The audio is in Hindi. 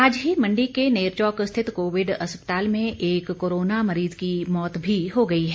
आज ही मंडी के नेरचौक स्थित कोविड अस्पताल में एक कोरोना मरीज की मौत भी हो गई है